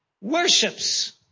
worships